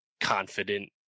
confident